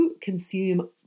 consume